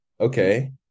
Okay